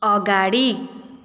अगाडि